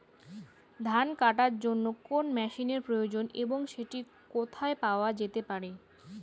ধান কাটার জন্য কোন মেশিনের প্রয়োজন এবং সেটি কোথায় পাওয়া যেতে পারে?